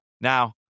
Now